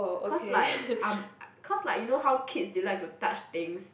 cause like um uh cause like you know how kids they like to touch things